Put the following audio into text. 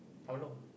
how long